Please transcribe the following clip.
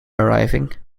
arriving